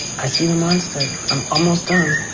i see the monster. i'm almost done.